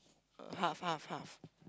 half half half